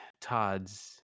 Todd's